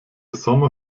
sommer